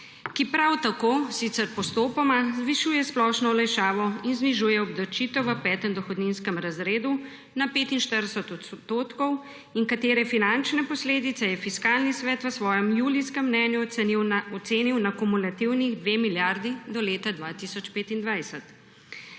ki prav tako, sicer postopoma, zvišuje splošno olajšavo in znižuje obdavčitev v petem dohodninskem razredu na 45 % in katere finančne posledice je Fiskalni svet v svojem julijskem mnenju ocenil na kumulativni 2 milijardi do leta 2025.